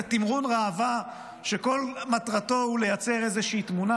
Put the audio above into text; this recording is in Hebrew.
תמרון ראווה שכל מטרתו היא לייצר איזו תמונה,